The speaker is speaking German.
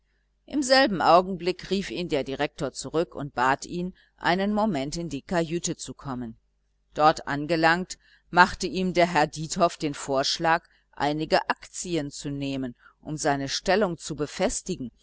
im selben augenblick rief ihn der direktor zurück und bat ihn einen moment in die kajüte zu kommen dort angelangt machte ihm herr diethoff den vorschlag einige aktien zu nehmen um seine stellung zu befestigen